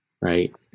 right